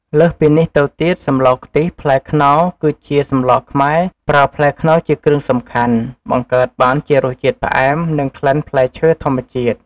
លើសពីនេះទៅទៀត សម្លរខ្ទិះផ្លែខ្នុរ គឺជាសម្លខ្មែរ ប្រើផ្លែខ្នុរជាគ្រឿងផ្សំសំខាន់ បង្កើតបានជារសជាតិផ្អែម និងក្លិនផ្លែឈើធម្មជាតិ។